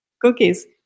cookies